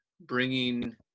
bringing